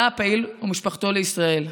עלה הפעיל עם משפחתו לישראל.